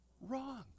Wrong